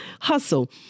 hustle